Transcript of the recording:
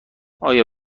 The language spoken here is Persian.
آیا